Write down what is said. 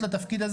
תודה רבה.